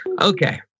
Okay